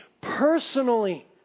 personally